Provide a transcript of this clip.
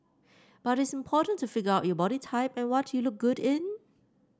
but it's important to figure out your body type and what you look good in